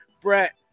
Brett